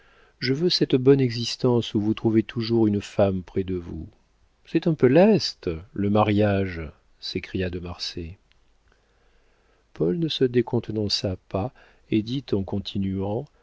je veux cette bonne existence où vous trouvez toujours une femme près de vous c'est un peu leste le mariage s'écria de marsay paul ne se décontenança pas et dit en continuant